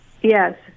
Yes